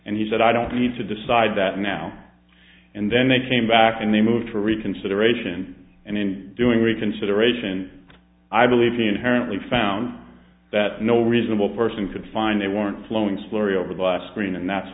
and he said i don't need to decide that now and then they came back and they moved for reconsideration and in doing reconsideration i believe he inherently found that no reasonable person could find they weren't flowing slurry over the last green and that's